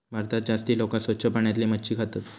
भारतात जास्ती लोका स्वच्छ पाण्यातली मच्छी खातत